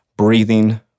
Breathing